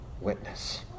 witness